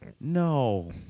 no